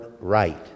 right